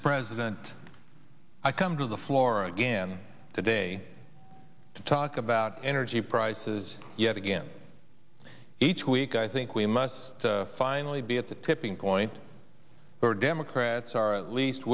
mr president i come to the floor again today to talk about energy prices yet again each week i think we must finally be at the tipping point where democrats are least